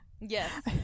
Yes